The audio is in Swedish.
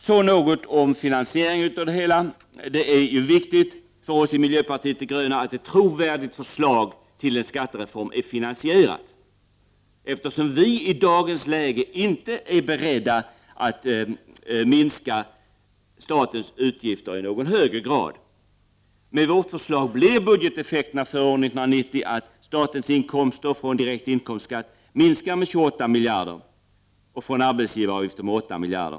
Så något om finansieringen. Det är viktigt för oss i miljöpartiet de gröna att ett trovärdigt förslag till skattereform är finansierat, eftersom vi i dagens läge inte är beredda att minska statens utgifter i någon högre grad. Med vårt förslag blir budgeteffekterna för år 1990 att statens inkomster från direkt inkomstskatt minskar med 28 miljarder och från arbetsgivaravgifter med 8 miljarder.